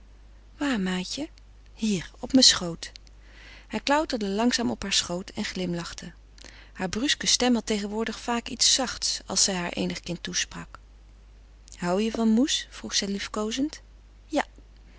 waar maatje hier op mijn schoot hij klauterde langzaam op haar schoot en glimlachte hare bruske stem had tegenwoordig vaak iets zachts als zij haar eenig kind toesprak hoû je van moes vroeg zij liefkoozend ja